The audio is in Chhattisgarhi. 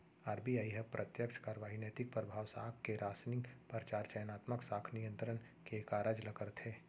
आर.बी.आई ह प्रत्यक्छ कारवाही, नैतिक परभाव, साख के रासनिंग, परचार, चयनात्मक साख नियंत्रन के कारज ल करथे